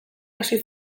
hasi